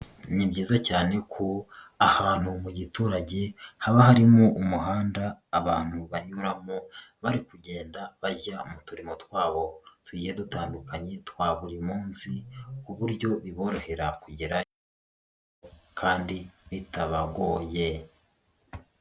Ni byiza cyane ko ahantu mu giturage haba harimo umuhanda abantu banyuramo bari kugenda bajya mu turimo twabo tugiye dutandukanye twa buri munsi, ku buryo biborohera kugerayo kandi bitabagoye.